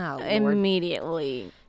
Immediately